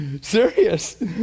Serious